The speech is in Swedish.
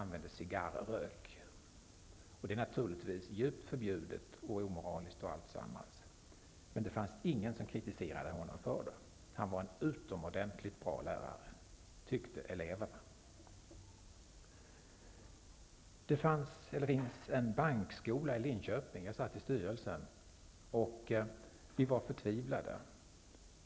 Naturligtvis är det allvarligt förbjudet och omoraliskt att använda cigarrök, men ingen kritiserade honom för hans agerande, och eleverna tyckte att han var en utomordentligt bra lärare. Det finns en bankskola i Linköping, i vars styrelse jag en gång satt. Vi i styrelsen var förtvivlade.